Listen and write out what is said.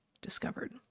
discovered